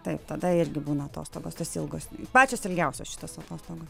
taip tada irgi būna atostogos tos ilgos pačios ilgiausios šitos atostogos